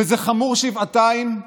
וזה חמור שבעתיים,